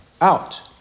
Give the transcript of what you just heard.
Out